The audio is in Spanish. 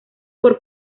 por